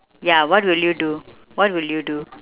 ya what will you do what will you do